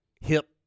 hip